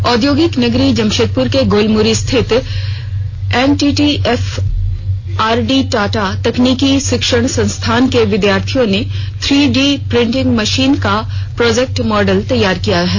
आद्योगिक नगरी जमशेदपुर के गोलमुरी स्थित एनटीटीएफ आरडी टाटा तकनीकी शिक्षण संस्थान के विद्यार्थियों ने थ्री डी प्रिंटिंग मशीन का प्रोजेक्ट मॉडल तैयार किया है